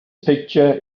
picture